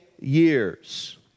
years